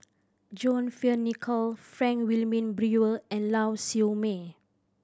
John Fearn Nicoll Frank Wilmin Brewer and Lau Siew Mei